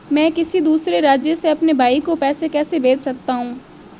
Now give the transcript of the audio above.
मैं किसी दूसरे राज्य से अपने भाई को पैसे कैसे भेज सकता हूं?